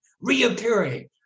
reappearing